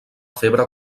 febre